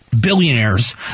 billionaires